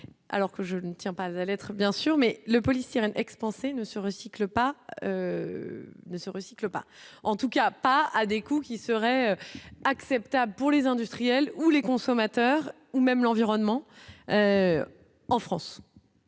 alors que je ne tiens pas allez être bien sûr mais le polystyrène expansé ne se recycle pas, ne se recycle pas, en tout cas pas à des coûts qui serait acceptable pour les industriels ou les consommateurs ou même l'environnement en France